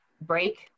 Break